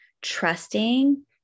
trusting